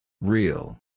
Real